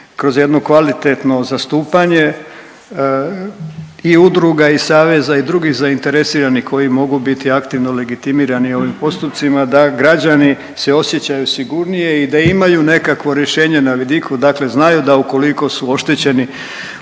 kroz jedno kvalitetno zastupanje i udruga i saveza i drugih zainteresiranih koji mogu biti aktivno legitimirani ovim postupcima da građani se osjećaju sigurnije i da imaju nekakvo rješenje na vidiku, dakle znaju da ukoliko su oštećeni određenim